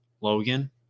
Logan